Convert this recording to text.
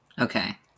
okay